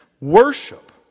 worship